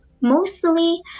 mostly